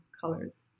colors